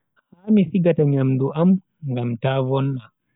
Ha mi sigata nyamdu am ngam ta vonna.